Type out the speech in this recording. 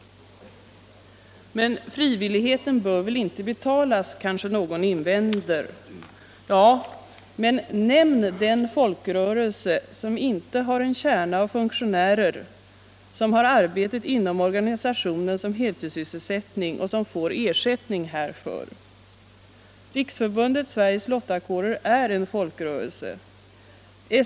Men frivilligheten bör väl inte betalas? kanske någon invänder. Ja, men nämn den folkrörelse som inte har en kärna av funktionärer som har arbetet inom organisationen som heltidssysselsättning och som får ersättning härför. Riksförbundet Sveriges lottakårer är en folkrörelse.